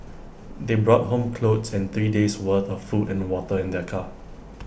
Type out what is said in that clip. they brought home clothes and three days' worth of food and water in their car